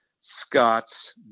Scott's